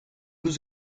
was